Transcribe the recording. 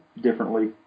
differently